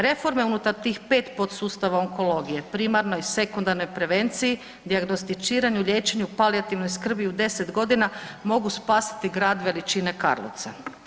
Reforme unutar tih 5 podsustava onkologije primarne i sekundarne prevenciji, dijagnosticiranju i liječenju palijativnoj skrbi u 10 godina mogu spasiti grad veličine Karlovca.